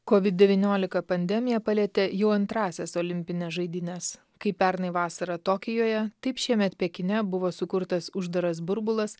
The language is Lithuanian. covid devyniolika pandemija palietė jau antrąsias olimpines žaidynes kaip pernai vasarą tokijuje taip šiemet pekine buvo sukurtas uždaras burbulas